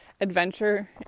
adventure